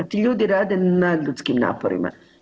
Ti ljudi rade nadljudskim naporima.